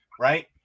right